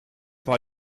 war